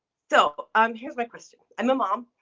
so, um here's my question. i'm a mom,